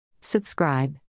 Subscribe